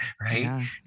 right